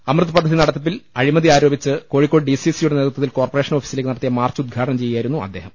അമൃത് പദ്ധതി നട്ത്തിപ്പിൽ അഴിമതി ആരോപിച്ച് കോഴിക്കോട് ഡി സി സി യുടെ നേതൃത്വ ത്തിൽ കോർപറേഷൻ ഓഫീസിലേക്ക് നടത്തിയ മാർച്ച് ഉദ്ഘാടനം ചെയ്യുകയായിരുന്നു അദ്ദേഹം